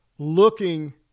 looking